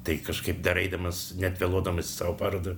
tai kažkaip dar eidmas net vėluodamas į savo parodą